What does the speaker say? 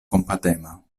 kompatema